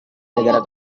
negara